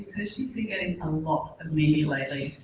because she's been getting a lot of media lately.